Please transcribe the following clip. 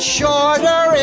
shorter